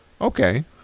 Okay